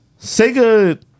Sega